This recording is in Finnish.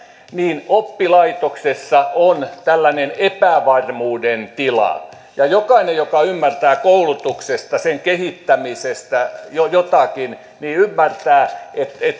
niin oppilaitoksessa on tällainen epävarmuuden tila ja jokainen joka ymmärtää koulutuksesta sen kehittämisestä jotakin ymmärtää että